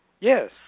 Yes